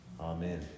Amen